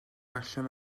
allan